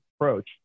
approach